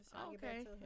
Okay